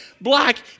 black